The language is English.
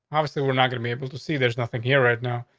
obviously, we're not gonna be able to see there's nothing here right now,